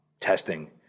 testing